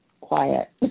quiet